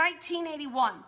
1981